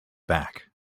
back